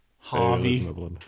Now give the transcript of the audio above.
Harvey